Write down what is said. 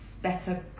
better